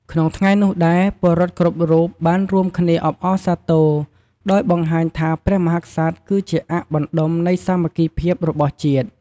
ក្នុងថ្ងៃនោះដែរ ពលរដ្ឋគ្រប់រូប បានរួមគ្នាអបអរសាទរ ដោយបង្ហាញថាព្រះមហាក្សត្រគឺជាអ័ក្សបណ្ដុំនៃសាមគ្គីភាពរបស់ជាតិ។